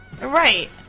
Right